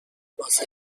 واسه